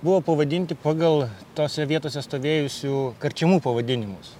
buvo pavadinti pagal tose vietose stovėjusių karčemų pavadinimus